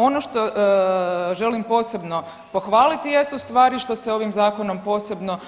Ono što želim posebno pohvaliti jesu ustvari što se ovim zakonom posebno